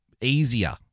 easier